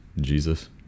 Jesus